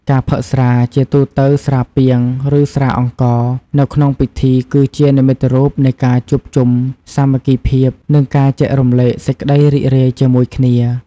ការផឹកស្រា ជាទូទៅស្រាពាង ឬស្រាអង្ករ នៅក្នុងពិធី គឺជានិមិត្តរូបនៃការជួបជុំ សាមគ្គីភាព និងការចែករំលែកសេចក្តីរីករាយជាមួយគ្នា។